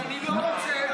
אני לא רוצה.